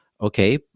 okay